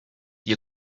you